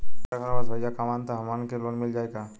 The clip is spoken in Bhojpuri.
हमरे घर में बस भईया कमान तब हमहन के लोन मिल जाई का?